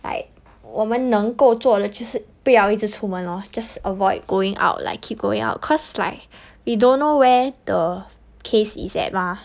like 我们能够做的就是不要一直出门 lor just avoid going out like keep going out because like we don't know where the case is at 吗